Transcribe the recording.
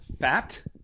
Fat